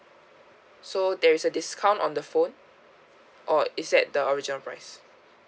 so there is a discount on the phone or is that the original price